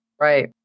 Right